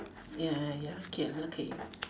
ya ya K unlucky